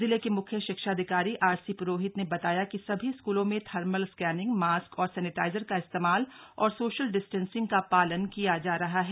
जिले के मुख्य शिक्षाधिकारी आर सी प्रोहित ने बताया कि सभी स्कूलों में थर्मल स्कैनिंग मास्क और सैनेटाइजर का इस्तेमाल और सोशल डिस्टेंसिंग का पालन किया जा रहा है